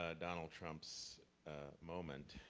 ah donald trump's moment.